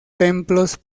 templos